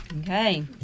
Okay